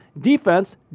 Defense